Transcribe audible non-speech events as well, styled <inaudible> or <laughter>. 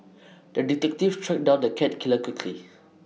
<noise> the detective tracked down the cat killer quickly